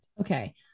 Okay